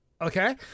Okay